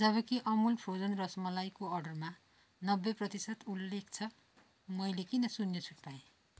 जबकि अमुल फ्रोजन रसमलाईको अर्डरमा नब्बे प्रतिशत उल्लेख छ मैले किन शून्य छुट पाएँ